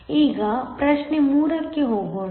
ಈಗ ಪ್ರಶ್ನೆ 3 ಕ್ಕೆ ಹೋಗೋಣ